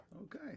Okay